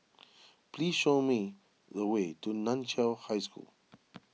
please show me the way to Nan Chiau High School